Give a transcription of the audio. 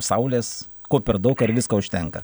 saulės ko per daug ar visko užtenka